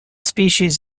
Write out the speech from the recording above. species